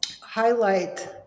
highlight